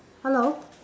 hello